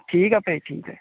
ਠੀਕ ਆ ਭਾਅ ਜੀ ਠੀਕ ਹੈ